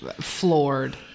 floored